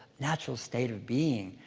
natural state of being.